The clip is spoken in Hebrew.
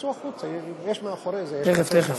שיצאו החוצה, יש מאחורי זה, תכף, תכף.